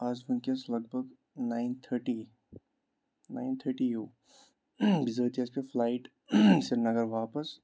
آز وٕنکیٚس لگ بگ نایِن تھٲٹی ناین تھٔٹی یِیِو بِزٲتی اَسہِ پیٚو فٕلایٹ سرینَگر واپَس